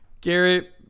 Garrett